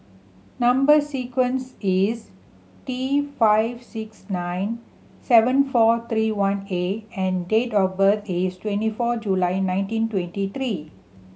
number sequence is T five six nine seven four three one A and date of birth is twenty four July nineteen twenty three